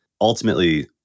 ultimately